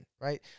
right